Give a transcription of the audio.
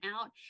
out